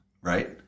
right